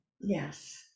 Yes